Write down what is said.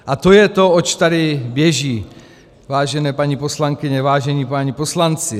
A to je to, oč tady běží, vážené paní poslankyně, vážení páni poslanci.